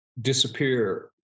disappear